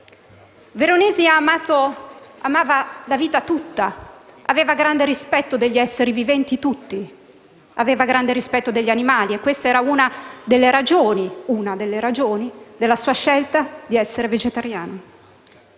Veronesi amava la vita tutta e aveva grande rispetto degli esseri viventi tutti, inclusi gli animali, e questa era una delle ragioni della sua scelta di essere vegetariano.